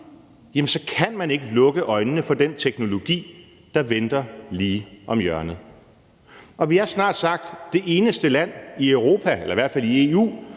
strøm, så kan man ikke lukke øjnene for den teknologi, der venter lige om hjørnet. Vi er snart sagt det eneste land i Europa eller i hvert fald i EU,